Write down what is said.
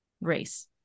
race